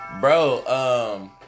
Bro